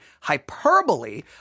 hyperbole